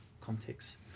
context